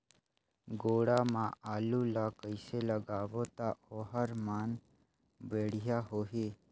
गोडा मा आलू ला कइसे लगाबो ता ओहार मान बेडिया होही?